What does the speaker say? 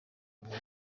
muntu